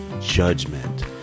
judgment